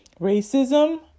racism